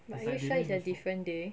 but are you sure it's a different day